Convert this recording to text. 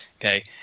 Okay